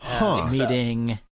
meeting